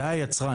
אתה היצרן.